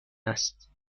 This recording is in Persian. است